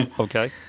Okay